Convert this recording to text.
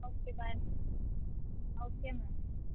okay bye ma'am okay ma'am